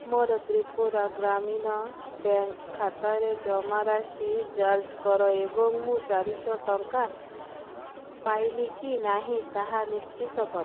ମୋର ତ୍ରିପୁରା ଗ୍ରାମୀଣ ବ୍ୟାଙ୍କ୍ ଖାତାର ଜମାରାଶି ଯାଞ୍ଚ କର ଏବଂ ମୁଁ ଚାରିଶହ ଟଙ୍କା ପାଇଲି କି ନାହିଁ ତାହା ନିଶ୍ଚିତ କର